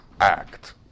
act